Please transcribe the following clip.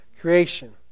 creation